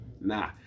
Nah